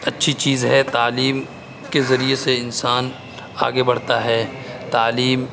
اچھی چیز ہے تعلیم کے ذریعے سے انسان آگے بڑھتا ہے تعلیم